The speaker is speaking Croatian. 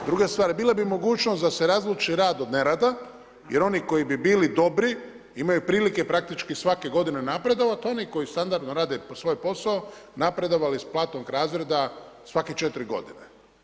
Druga stvar, bila bi mogućnost da se razluči rad od nerada, jer oni koji bi bili dobri imaju prilike praktički svake godine napredovati, oni koji standardno rade svoj posao napredovao iz platnog razreda svake četiri godine.